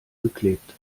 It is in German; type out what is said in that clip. geklebt